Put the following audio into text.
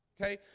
Okay